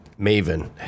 maven